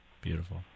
Beautiful